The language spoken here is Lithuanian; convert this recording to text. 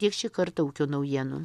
tiek šį kartą ūkio naujienų